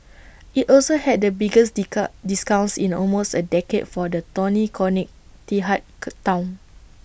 IT also had the biggest discounts in almost A decade for the tony Town